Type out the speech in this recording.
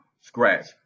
scratch